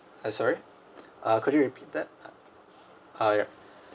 uh sorry uh could you repeat that uh yup